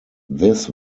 this